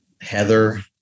Heather